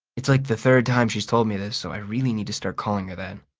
it's like the third time she's told me this, so i really need to start calling her that.